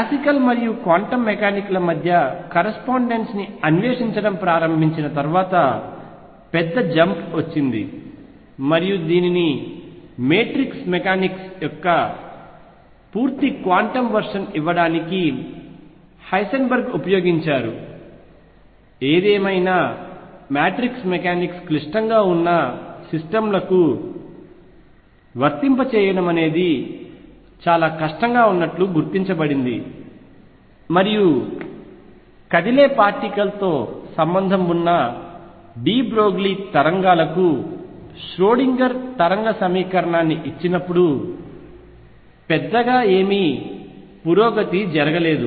classical మరియు quantum మెకానిక్ల మధ్య కరస్పాండెన్స్ని అన్వేషించడం ప్రారంభించిన తర్వాత పెద్ద జంప్ వచ్చింది మరియు దీనిని మేట్రిక్స్ మెకానిక్స్ యొక్క పూర్తి క్వాంటం వర్షన్ ఇవ్వడానికి హైసెన్బర్గ్ ఉపయోగించారు ఏదేమైనా మ్యాట్రిక్స్ మెకానిక్స్ క్లిష్టంగా ఉన్న సిస్టమ్ లకు వర్తింపజేయడమనేది చాలా కష్టంగా ఉన్నట్లు గుర్తించబడింది మరియు కదిలే పార్టికల్ తో సంబంధం ఉన్న డి బ్రోగ్లీ తరంగాలకు ష్రోడింగర్ తరంగ సమీకరణాన్ని ఇచ్చినప్పుడు పెద్దగా ఏమీ పురోగతి జరగలేదు